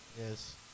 Yes